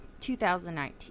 2019